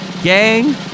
Gang